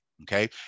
okay